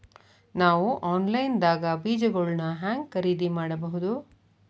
ನಾವು ಆನ್ಲೈನ್ ದಾಗ ಬೇಜಗೊಳ್ನ ಹ್ಯಾಂಗ್ ಖರೇದಿ ಮಾಡಬಹುದು?